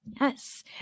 Yes